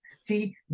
See